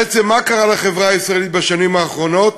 בעצם, מה קרה לחברה הישראלית בשנים האחרונות?